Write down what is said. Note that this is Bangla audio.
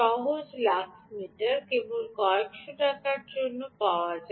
সহজ লাক্স মিটার কেবল কয়েক শ টাকার জন্য পাওয়া যায়